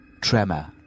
tremor